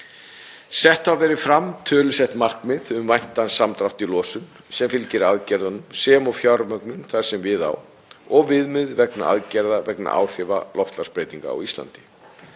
Sett hafa verið fram tölusett markmið um væntan samdrátt í losun sem fylgir aðgerðunum sem og fjármögnun þar sem við á og viðmið vegna aðgerða vegna áhrifa loftslagsbreytinga á Íslandi.